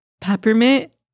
peppermint